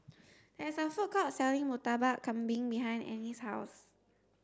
there is a food court selling Murtabak Kambing behind Annie's house